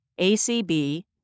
ACB